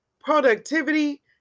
productivity